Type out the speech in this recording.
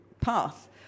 path